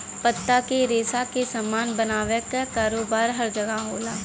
पत्ता के रेशा से सामान बनावे क कारोबार हर जगह होला